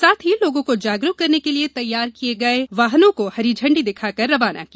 साथ ही लोगों को जागरूक करने के लिए तैयार किये गये वाहनों को हरी झंडी दिखाकर रवाना किया